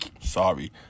sorry